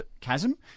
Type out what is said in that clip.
chasm